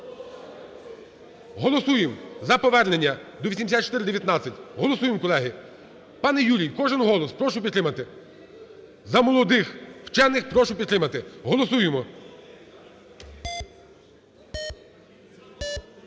голосуємо за повернення до 8419. Голосуємо, колеги. Пане Юрій, кожен голос. Прошу підтримати. За молодих вчених прошу підтримати. Голосуємо.